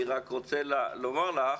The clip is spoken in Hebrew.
אני רק רוצה לומר לך